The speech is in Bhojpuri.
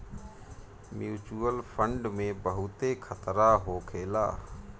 म्यूच्यूअल फंड में बहुते खतरा होखेला